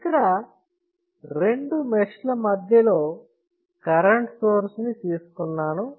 ఇక్కడ రెండు మెష్ ల మధ్యలో కరెంట్ సోర్స్ ని తీసుకున్నాను